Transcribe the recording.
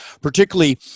particularly